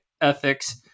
ethics